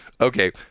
Okay